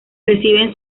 reciben